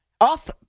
off